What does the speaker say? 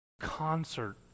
concert